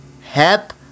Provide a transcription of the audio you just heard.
Hep